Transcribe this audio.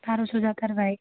बारस' जाथारबाय